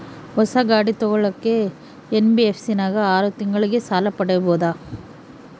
ಹೊಸ ಗಾಡಿ ತೋಗೊಳಕ್ಕೆ ಎನ್.ಬಿ.ಎಫ್.ಸಿ ನಾಗ ಆರು ತಿಂಗಳಿಗೆ ಸಾಲ ಪಡೇಬೋದ?